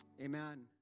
Amen